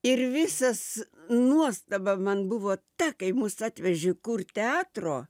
ir visas nuostaba man buvo ta kai mus atvežė kur teatro